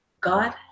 God